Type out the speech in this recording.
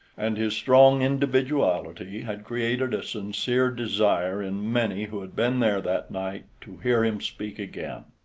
and his strong individuality had created a sincere desire in many who had been there that night to hear him speak again.